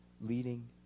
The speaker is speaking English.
leading